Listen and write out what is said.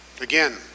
Again